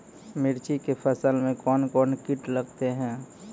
मिर्ची के फसल मे कौन कौन कीट लगते हैं?